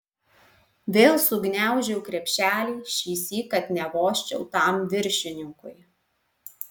vėl sugniaužiau krepšelį šįsyk kad nevožčiau tam viršininkui